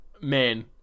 man